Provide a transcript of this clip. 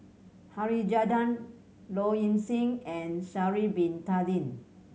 Harichandra Low Ing Sing and Sha'ari Bin Tadin